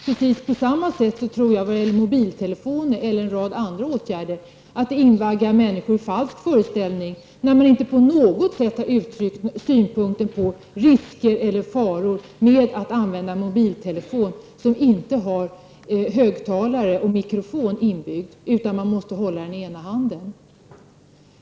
Precis på samma sätt tror jag att det är när det gäller mobiltelefon och en rad andra åtgärder. Vi invaggar människor i en falsk föreställning om vi inte anseratt det kan innebära risker eller faror att man använder mobiltelefon som inte har högtalare och mikrofon inbyggda, så att man måste hålla den med ena handen.